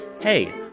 hey